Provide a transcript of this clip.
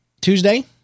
Tuesday